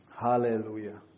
Hallelujah